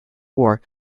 war